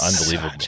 unbelievable